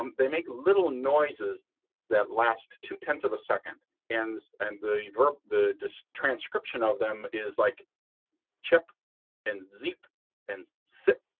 um they make little noises that last two tenths of a second and and the the transcription of them is like chip and zip and sift.